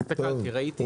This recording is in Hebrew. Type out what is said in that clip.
הסתכלתי וראיתי.